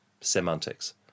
semantics